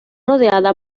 rodeada